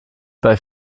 bei